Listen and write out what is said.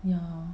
ya